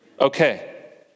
Okay